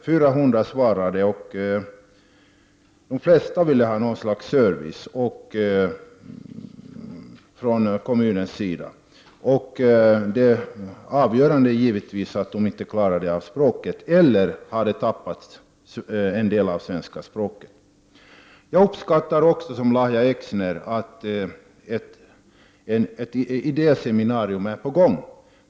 400 svarade, och de flesta vill ha något slags service från kommunens sida. Det avgörande var givetvis att de inte klarar av svenska språket eller att de har tappat en del av svenska språket. Jag uppskattar också, liksom Lahja Exner, att ett idéseminarium är på gång.